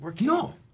No